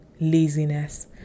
laziness